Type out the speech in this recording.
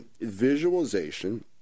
visualization